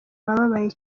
abababaye